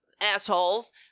assholes